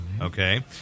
Okay